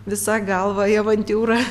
visa galva į avantiūrą